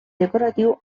decoratiu